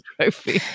trophy